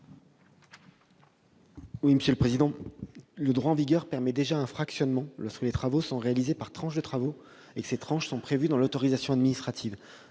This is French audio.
du Gouvernement ? Le droit en vigueur permet déjà un fractionnement lorsque les travaux sont réalisés par tranches et que celles-ci sont prévues dans l'autorisation administrative.